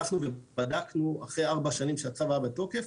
הלכנו ובדקנו אחרי ארבע שנים שהצו היה בתוקף,